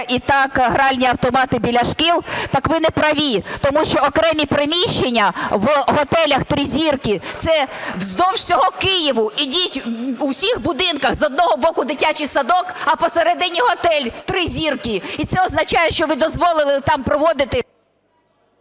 і так гральні автомати біля шкіл, так ви неправі, тому що окремі приміщення в готелях "три зірки" – це вздовж всього Києва. Ідіть, в усіх будинках: з одного боку – дитячій садок, а посередині – готель "три зірки". І це означає, що ви дозволили там проводити...